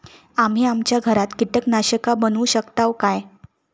आम्ही आमच्या घरात कीटकनाशका बनवू शकताव काय?